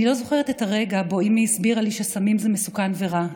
אני לא זוכרת את הרגע שבו אימי הסבירה לי שסמים זה מסוכן ורע.